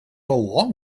along